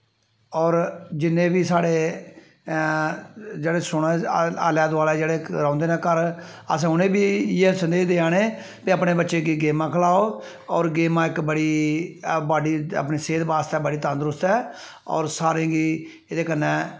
और जिन्ने बी साढ़े जेह्ड़े सुना दे आलै दोआलै रौंह्दे नै घर अस उनैं बी इयै स्नेह् देआने के अपनै बच्चें गी गेमां खलाओ और गेमां इक बड़ी बॉड्डी अपनी सेह्त वास्तै बड़ी तंदरुस्त ऐ और सारें गी एह्दै कन्नै